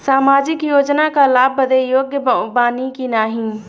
सामाजिक योजना क लाभ बदे योग्य बानी की नाही?